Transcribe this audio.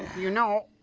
you know,